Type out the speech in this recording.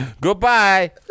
goodbye